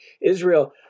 Israel